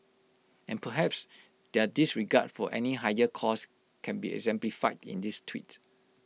and perhaps their disregard for any higher cause can be exemplified in this tweet